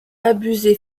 abuser